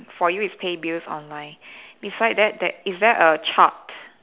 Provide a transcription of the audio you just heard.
for you is pay bills online beside that is there a chart